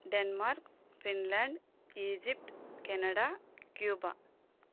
Denmark Finland Egypt Canada Cuba